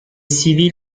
civils